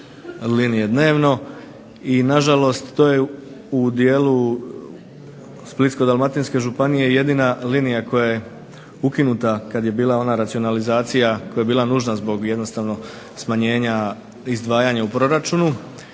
linije dnevno i nažalost to je u dijelu Splitsko-dalmatinske županije jedina linija koja je ukinuta kad je bila ona racionalizacija koja je bila nužna zbog jednostavno smanjenja izdvajanja u proračunu